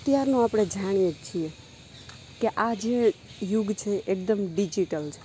અત્યારનું આપણે જાણીએ છીએ કે આ જે યુગ છે એકદમ ડિજિટલ છે